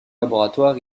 laboratoire